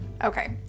Okay